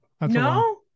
No